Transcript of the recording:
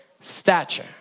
stature